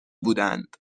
بودند